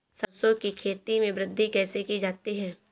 सरसो की खेती में वृद्धि कैसे की जाती है?